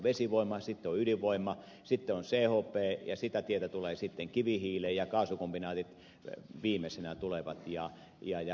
ensin on vesivoima sitten on ydinvoima sitten on chp ja sitä tietä tulevat sitten kivihiili ja kaasukombinaatit viimeisinä